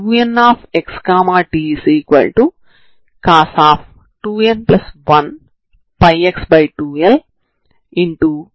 కాబట్టి లో ఏ సమాకలనంనైనా మనం ఇదే విధంగా చేయడానికి ప్రయత్నిస్తాము